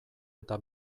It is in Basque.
eta